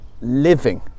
living